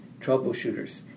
troubleshooters